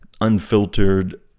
unfiltered